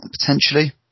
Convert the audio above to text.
Potentially